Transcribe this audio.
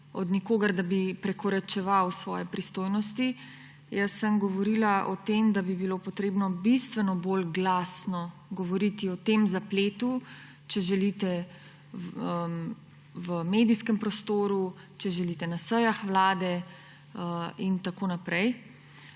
od nikogar, da bi prekoračeval svoje pristojnosti. Govorila sem o tem, da bi bilo potrebno bistveno bolj glasno govoriti o tem zapletu, če želite v medijskem prostoru, če želite na sejah Vlade in tako naprej.